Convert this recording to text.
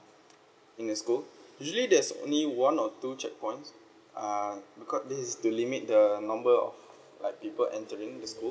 in the school usually there's only one or two checkpoints uh because this is to limit the number of like people entering the school